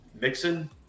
Mixon